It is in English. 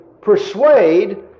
persuade